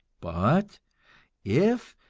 but if,